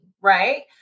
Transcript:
Right